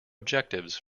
objectives